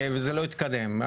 וזה לא התקדם.